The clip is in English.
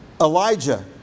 Elijah